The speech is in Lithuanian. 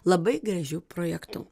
labai gražiu projektu